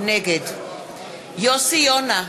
נגד יוסי יונה,